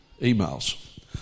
emails